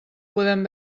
podem